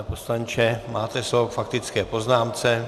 Pane poslanče, máte slovo k faktické poznámce.